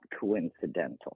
coincidental